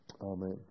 Amen